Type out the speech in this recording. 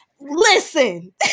Listen